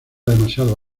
demasiado